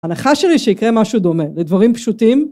הנחה שלי שיקרה משהו דומה לדברים פשוטים